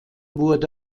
wurde